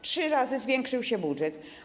Trzy razy zwiększył się budżet.